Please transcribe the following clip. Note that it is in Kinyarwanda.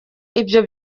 ibyo